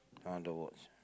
I want the watch